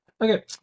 Okay